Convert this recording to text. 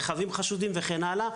רכבים חשודים וכן הלאה.